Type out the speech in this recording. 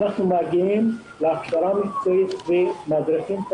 אנחנו שותפים להכשרה המקצועית ומדריכים את